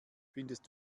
findest